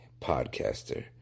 Podcaster